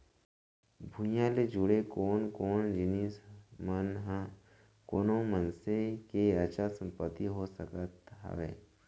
भूइयां ले जुड़े कोन कोन जिनिस मन ह कोनो मनसे के अचल संपत्ति हो सकत हवय?